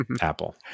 Apple